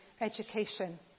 education